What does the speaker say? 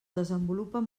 desenvolupen